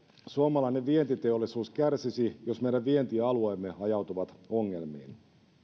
suomalainen vientiteollisuus kärsisi jos meidän vientialueemme ajautuvat ongelmiin